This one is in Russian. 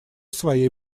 своей